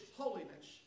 holiness